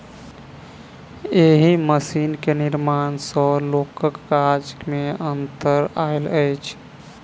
एहि मशीन के निर्माण सॅ लोकक काज मे अन्तर आयल अछि